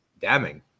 damning